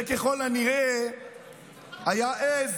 זה ככל הנראה היה עז,